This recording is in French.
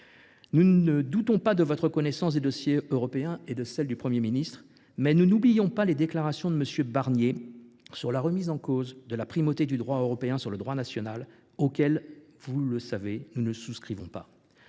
Nous ne doutons pas de votre connaissance des dossiers européens, ni de celle du Premier ministre, mais nous n’oublions pas les déclarations de M. Barnier sur la remise en cause de la primauté du droit européen sur le droit national, auxquelles, vous le savez, nous ne souscrivons pas.